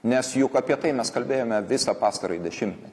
nes juk apie tai mes kalbėjome visą pastarąjį dešimtmetį